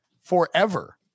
forever